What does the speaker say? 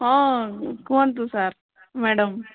ହଁ କୁହନ୍ତୁ sir madam